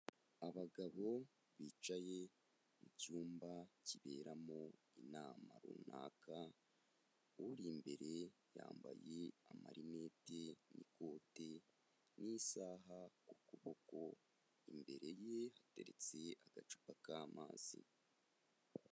Abagabo bicaye mu cyumba kiberamo inama runaka, uri imbere yambaye amarineti n'ikote n'isaha ku kuboko, imbere ye hateretse agacupa k'amazi.